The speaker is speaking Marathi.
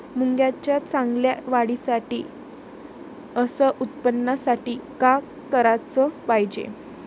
मुंगाच्या चांगल्या वाढीसाठी अस उत्पन्नासाठी का कराच पायजे?